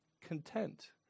content